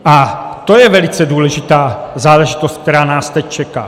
A to je velice důležitá záležitost, která nás teď čeká.